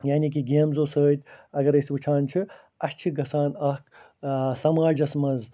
یعنی کہِ گیمزَو سۭتۍ اَگر أسۍ وٕچھان چھِ اَسہِ چھِ گژھان اَکھ سماجَس منٛز